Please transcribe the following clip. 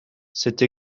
cette